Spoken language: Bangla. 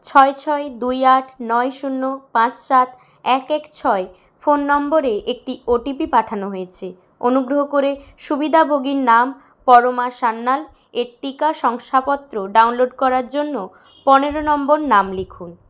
ছয় ছয় দুই আট নয় শূন্য পাঁচ সাত এক এক ছয় ফোন নম্বরে একটি ওটিপি পাঠানো হয়েছে অনুগ্রহ করে সুবিধাভোগীর নাম পরমা সান্যাল এর টিকা শংসাপত্র ডাউনলোড করার জন্য পনেরো নম্বর নাম লিখুন